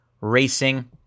Racing